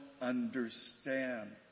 understand